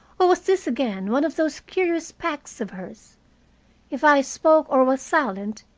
or was this again one of those curious pacts of hers if i spoke or was silent,